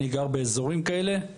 אני גר באזורים כאלה,